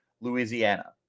Louisiana